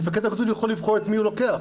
המפקד יכול לבחור את מי הוא לוקח.